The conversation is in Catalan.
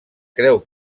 creu